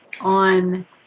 on